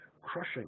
crushing